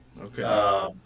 Okay